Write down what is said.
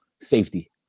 safety